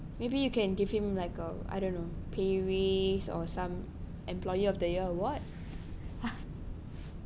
maybe you can give him like a I don't know pay raise or some employer of the year award